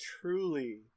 Truly